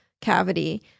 cavity